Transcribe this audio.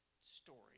story